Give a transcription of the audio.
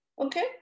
Okay